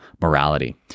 morality